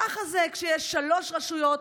ככה זה כשיש שלוש רשויות,